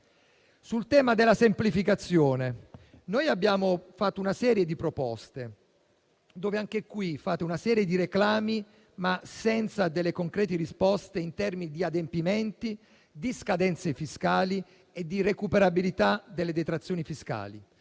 Sul tema della semplificazione, abbiamo fatto una serie di proposte: anche qui fate una serie di reclami, ma senza concrete risposte in termini di scadenze fiscali e di recuperabilità delle detrazioni fiscali.